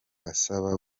asaba